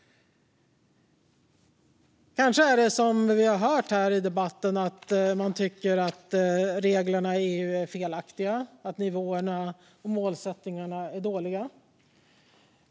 Kanske är det så, som vi har hört här i debatten, att man tycker att reglerna i EU är felaktiga och att nivåerna och målsättningarna är dåliga.